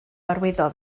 arwyddo